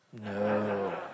No